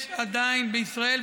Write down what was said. יש עדיין בישראל,